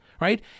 right